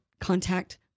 contact